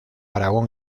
aragón